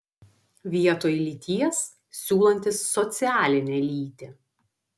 vietoj lyties siūlantis socialinę lytį